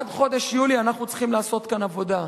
עד חודש יולי אנחנו צריכים לעשות כאן עבודה.